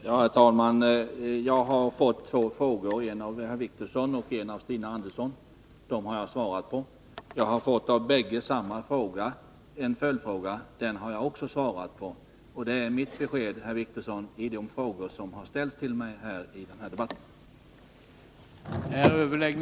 Herr talman! Jag har fått två frågor, en av Åke Wictorsson och en av Stina Andersson. Dessa frågor har jag besvarat. Jag har därutöver av båda fått samma följdfråga. Den har jag också svarat på. Det är mi:t besked, Åke Wictorsson, i de frågor som ställts till mig i den här debatten.